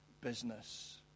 business